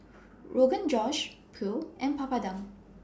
Rogan Josh Pho and Papadum